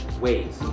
ways